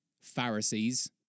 Pharisees